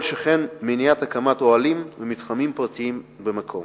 כל שכן תימנע הקמת אוהלים ומתחמים פרטיים במקום.